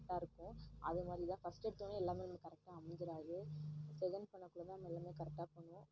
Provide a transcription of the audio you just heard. கரெக்டாயிருக்கும் அதை மாதிரிதான் ஃபஸ்ட்டு எடுத்தோனே எல்லாமே வந்து நம்மளுக்கு கரெட்டாக அமைஞ்சிராது செகண்ட் பண்ணக்குள்ளேதான் நம்ம எல்லாமே கரெட்டாக பண்ணுவோம்